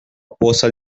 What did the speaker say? poça